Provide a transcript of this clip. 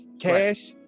cash